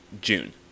June